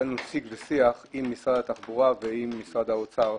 שהיה לנו שיג ושיח עם משרד התחבורה ועם משרד האוצר.